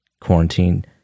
quarantine